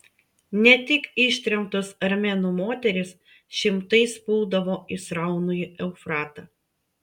ne tik ištremtos armėnų moterys šimtais puldavo į sraunųjį eufratą